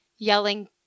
Yelling